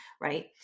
right